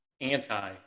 anti